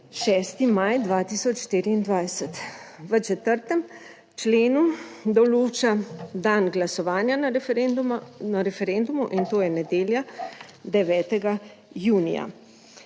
6. maj 2024. v 4. členu določa dan glasovanja na referendumu in to je nedelja 9. junija.